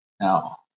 now